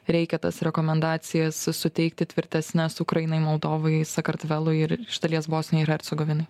reikia tas rekomendacijas suteikti tvirtesnes ukrainai moldovai sakartvelui ir iš dalies bosnijai ir hercogovinai